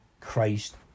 christ